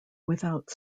without